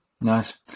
nice